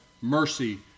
mercy